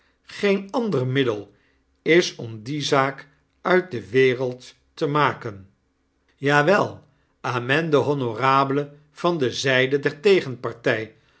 geen ander middel is om die zaak uit de wereld te maken ja wel amende honorable vande zyde der tegenpartij